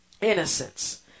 innocence